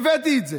הבאתי את זה.